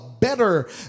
better